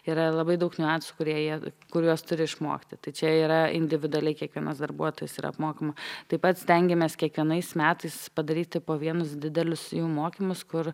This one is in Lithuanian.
yra labai daug niuansų kurie jie kuriuos turi išmokti tai čia yra individualiai kiekvienas darbuotojas yra apmokoma taip pat stengiamės kiekvienais metais padaryti po vienus didelius jų mokymus kur